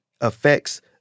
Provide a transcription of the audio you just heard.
affects